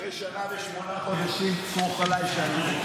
ההצעה להעביר את